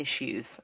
issues